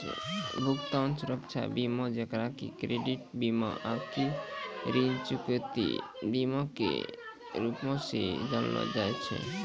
भुगतान सुरक्षा बीमा जेकरा कि क्रेडिट बीमा आकि ऋण चुकौती बीमा के रूपो से जानलो जाय छै